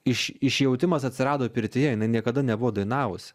iš išjautimas atsirado pirtyje jinai niekada nebuvo dainavusi